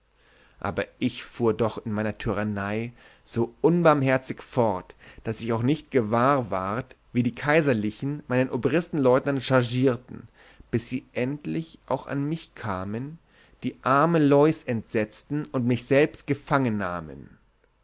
aber ich fuhr doch in meiner tyrannei so unbarmherzig fort daß ich auch nicht gewahr ward wie die kaiserlichen meinen obristenleutenant chargierten bis sie endlich auch an mich kamen die arme läus entsetzten und mich selbst